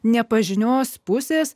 nepažinios pusės